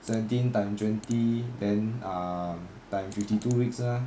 seventeen time twenty then um time fifty two weeks 是 mah